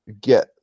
get